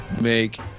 make